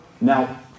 Now